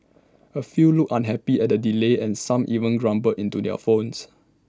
A few looked unhappy at the delay and some even grumbled into their phones